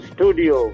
Studio